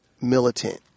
militant